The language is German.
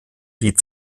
die